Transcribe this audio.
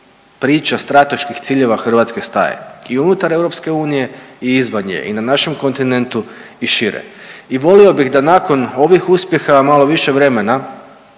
priča strateških ciljeva Hrvatske staje i unutar EU i izvan nje i na našem kontinentu i šire. I volio bih da nakon ovih uspjeha malo više vremena